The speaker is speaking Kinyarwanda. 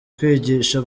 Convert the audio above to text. kwigisha